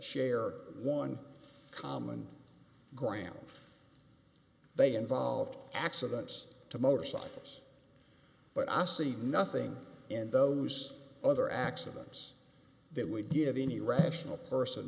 share one common ground they involve accidents to motorcycles but i see nothing in those other accidents that would give any rational person